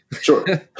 Sure